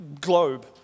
globe